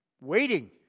waiting